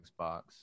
xbox